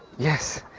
yes.